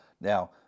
Now